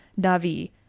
Na'vi